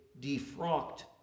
defrocked